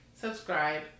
subscribe